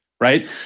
right